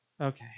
Okay